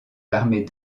l’armée